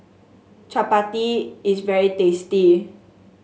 chappati is very tasty